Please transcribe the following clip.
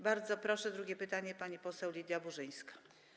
Bardzo proszę, drugie pytanie, pani poseł Lidia Burzyńska.